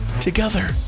together